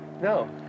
No